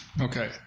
Okay